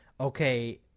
okay